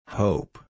hope